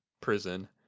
prison